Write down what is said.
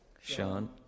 Sean